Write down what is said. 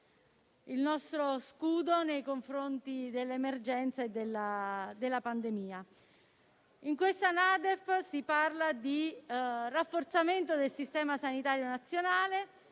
il nostro scudo nei confronti dell'emergenza e della pandemia. In questa NADEF si parla di rafforzamento del Servizio sanitario nazionale